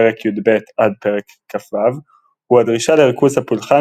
פרק י"ב-פרק כ"ו הוא הדרישה לריכוז הפולחן